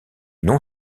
non